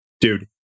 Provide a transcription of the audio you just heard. Dude